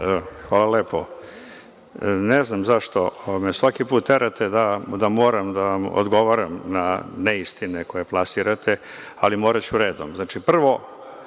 Hvala lepo. Ne znam zašto me svaki put terate da moram da vam odgovaram na neistine koje plasirate, ali moraću redom. Znači, prvo,